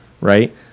right